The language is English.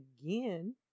again